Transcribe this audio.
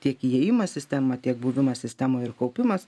tiek įėjimo sistema tiek buvimas sistemoj ir kaupimas